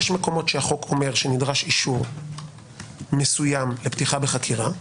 יש מקומות שהחוק אומר שנדרש אישור מסוים לפתיחה בחקירה,